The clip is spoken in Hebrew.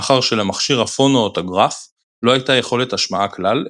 מאחר שלמכשיר הפונואוטוגרף לא הייתה יכולת השמעה כלל,